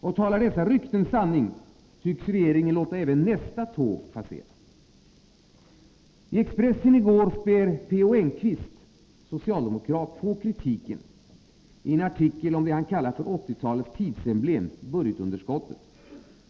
Och talar dessa rykten sanning, tycks regeringen låta även nästa tåg passera. I gårdagens Expressen spär P. O. Enquist, socialdemokrat, på kritiken ien artikel om det han kallar för ”åttiotalets tidsemblem — budgetunderskottet”.